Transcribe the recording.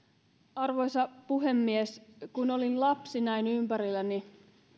arvoisa puhemies kun olin lapsi näin ympärilläni